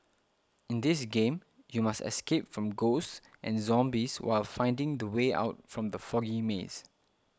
in this game you must escape from ghosts and zombies while finding the way out from the foggy maze